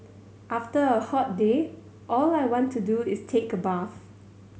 after a hot day all I want to do is take a bath